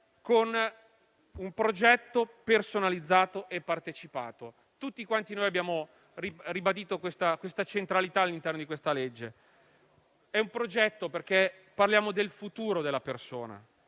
con un progetto personalizzato e partecipato. Tutti noi abbiamo ribadito questa centralità all'interno del disegno di legge in esame. È un progetto perché parliamo del futuro della persona;